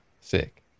Sick